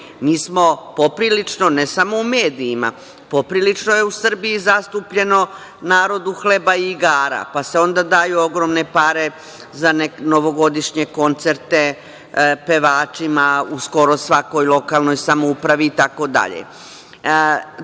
Mi smo poprilično, ne samo u medijima, poprilično je u Srbiji zastupljeno narodu hleba i igara, pa se onda daju ogromne pare za novogodišnje koncerte pevačima u skoro svakoj lokalnoj samoupravi itd. Sa